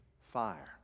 fire